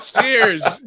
Cheers